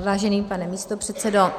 Vážený pane místopředsedo,